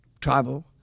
tribal